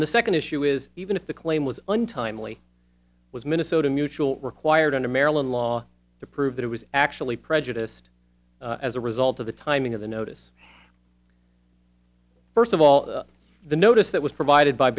and the second issue is even if the claim was untimely was minnesota mutual required under maryland law to prove that it was actually prejudiced as a result of the timing of the notice first of all the notice that was provided by